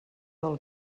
del